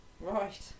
Right